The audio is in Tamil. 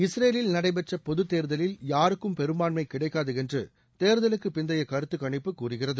இஸ்ரேலில் நடைபெற்ற பொதுத் தேர்தலில் யாருக்கும் பெரும்பான்மை கிடைக்காது என்று தேர்தலுக்கு பிந்தைய கருத்து கணிப்பு கூறுகிறது